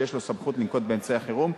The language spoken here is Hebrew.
שיש לו סמכות לנקוט אמצעי חירום,